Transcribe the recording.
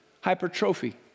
hypertrophy